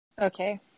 Okay